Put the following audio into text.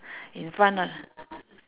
in front [one]